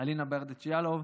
חברת הכנסת אלינה ברדץ' יאלוב,